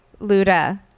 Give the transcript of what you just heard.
Luda